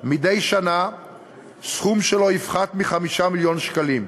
מדי שנה סכום שלא יפחת מ-5 מיליון שקלים.